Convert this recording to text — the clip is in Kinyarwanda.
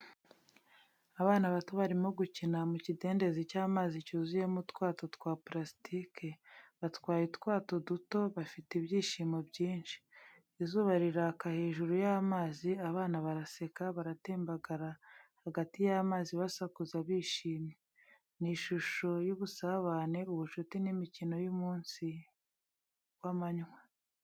Abana bato barimo gukina mu kidendezi cy'amazi cyuzuyemo utwato twa purasitike, batwaye utwato duto bafite ibyishimo byinshi. Izuba riraka hejuru y’amazi, abana baraseka, baratembagara hagati y’amazi, basakuza bishimye. Ni ishusho y’ubusabane, ubushuti, n’imikino y’umunsi w’amanywa.